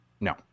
No